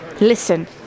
listen